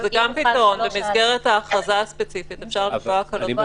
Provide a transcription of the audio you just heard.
במסגרת ההכרזה הספציפית אפשר לקבוע הקלות.